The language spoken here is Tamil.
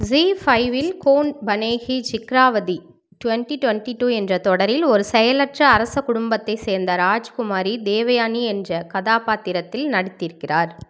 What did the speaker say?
ஜீ ஃபைவ் இல் Kaun Banegi Shikharwati twenty twenty two என்ற தொடரில் ஒரு செயலற்ற அரச குடும்பத்தைச் சேர்ந்த ராஜ்குமாரி தேவயானி என்ற கதாப்பாத்திரத்தில் நடித்திருக்கிறார்